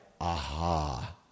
aha